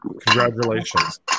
Congratulations